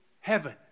heaven